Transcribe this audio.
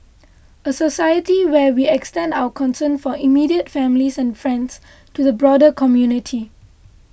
a society where we extend our concern for immediate families and friends to the broader community